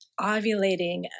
ovulating